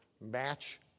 match